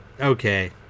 Okay